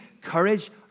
courage